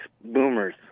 boomers